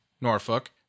Norfolk